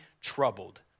troubled